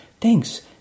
Thanks